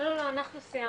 לא לא אנחנו סיימנו.